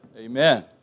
Amen